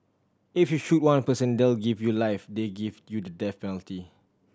if you shoot one person they'll give you life they give you the death penalty